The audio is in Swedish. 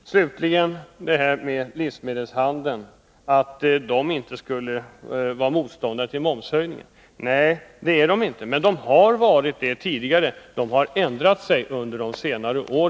Slutligen några ord om påståendet att livsmedelshandeln inte skulle vara motståndare till en momshöjning. Nej, det är den inte i dag, men den har varit det tidigare. Livsmedelshandeln har intagit en annan ståndpunkt under senare år.